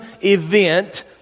event